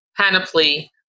panoply